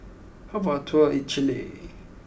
how about a tour in Chile